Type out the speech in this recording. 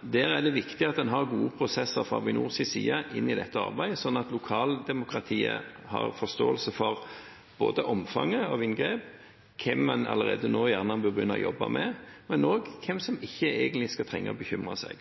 Det er viktig at en har gode prosesser fra Avinors side i dette arbeidet, sånn at lokaldemokratiet får forståelse for omfanget av inngrep, hvem en allerede nå bør begynne å jobbe med, men også hvem som ikke egentlig skal trenge å bekymre seg.